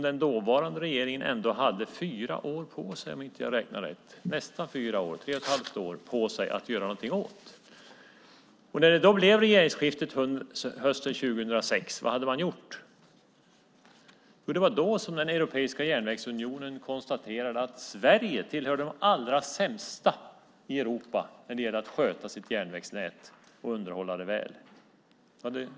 Den dåvarande regeringen hade ändå fyra år - om jag räknar rätt; det var tre och ett halvt, nästan fyra år - på sig att göra något åt detta. När det blev regeringsskifte hösten 2006, vad hade man gjort? Det var då den europeiska järnvägsunionen konstaterade att Sverige tillhörde de allra sämsta i Europa när det gäller att sköta järnvägsnätet och underhålla det väl.